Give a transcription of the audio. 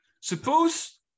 suppose